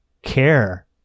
care